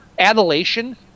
Adulation